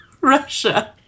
Russia